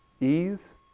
ease